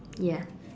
ya